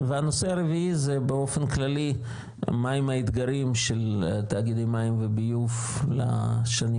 נושא רביעי זה באופן כללי מהם האתגרים של תאגידי מים וביוב לשנים